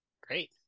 Great